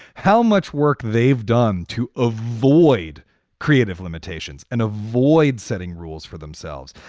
how much work they've done to avoid creative limitations and avoid setting rules for themselves.